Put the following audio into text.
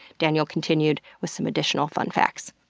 daniel continued with some additional fun facts.